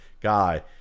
guy